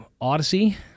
Odyssey